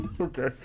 Okay